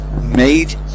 made